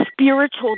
spiritual